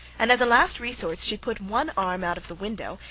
and, as a last resource, she put one arm out of the window,